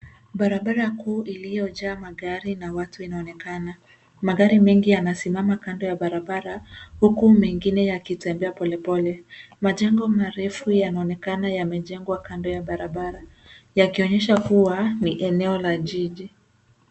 Barabara kuu iliyojaa magari na watu inaonekana. Magari mengi yanasimama kando ya barabara huku mengine yakitembea polepole. Majengo marefu yanaonekana yamejengwa kando ya barabara yakionyesha kuwa ni eneo la jiji.